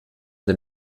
den